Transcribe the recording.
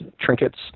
trinkets